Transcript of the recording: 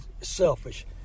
selfish